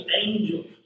angels